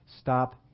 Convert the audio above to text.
Stop